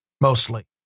mostly